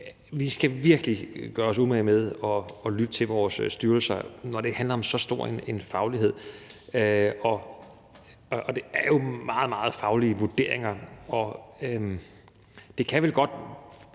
at vi virkelig skal gøre os umage med at lytte til vores styrelser, når det handler om så stor en faglighed. Det er jo meget, meget faglige vurderinger. Man kan vel